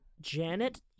janet